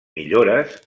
millores